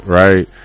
right